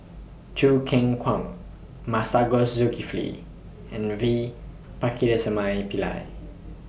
Choo Keng Kwang Masagos Zulkifli and V Pakirisamy Pillai